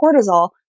cortisol